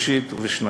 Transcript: חודשית ושנתית.